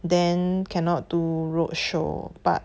then cannot do roadshow but